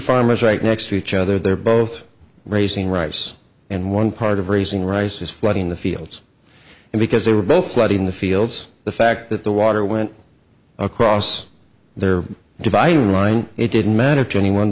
farmers right next to each other they're both raising rice and one part of raising rice is flooding the fields and because they were both flooding the fields the fact that the water went across their dividing line it didn't matter to anyone